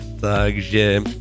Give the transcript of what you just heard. Takže